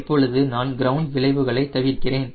இப்பொழுது நான் கிரவுண்ட் விளைவுகளை தவிர்க்கிறேன்